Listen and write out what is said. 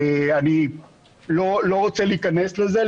אני לא רוצה להיכנס לזה.